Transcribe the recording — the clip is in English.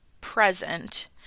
present